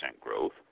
growth